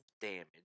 damage